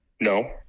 No